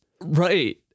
right